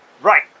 Right